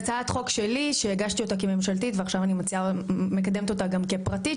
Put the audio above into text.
שהגשתי כממשלתית ועכשיו אני מקדמת אותה גם כפרטית,